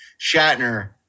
Shatner